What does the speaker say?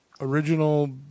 original